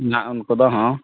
ᱤᱧᱟᱹᱜ ᱩᱱᱠᱩ ᱫᱚ ᱦᱚᱸ